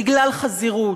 בגלל חזירות.